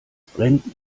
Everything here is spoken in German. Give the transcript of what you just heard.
brennt